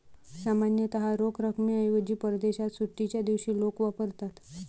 सामान्यतः रोख रकमेऐवजी परदेशात सुट्टीच्या दिवशी लोक वापरतात